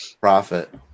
profit